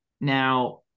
Now